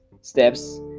step's